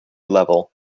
level